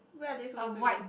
where are they supposed to be